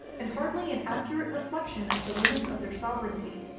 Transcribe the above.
and hardly an accurate reflection of the limits of their sovereignty.